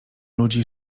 ludzi